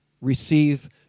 receive